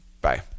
Bye